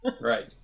Right